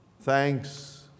Thanks